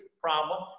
problem